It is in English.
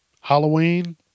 Halloween